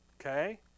okay